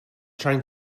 trying